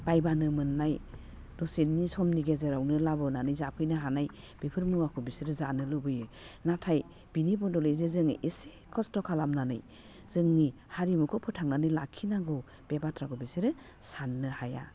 बायबानो मोननाय दसेनि समनि गेजेरावनो लाबोनानै जाफैनो हानाय बिफोर मुवाखौ बिसोरो जानो लुबैयो नाथाय बिनि बदलै जे जोङो एसे खस्थ' खालामनानै जोंनि हारिमुखौ फोथांनानै लाखिनांगौ बे बाथ्राखौ बिसोरो साननो हाया